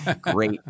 great